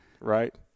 right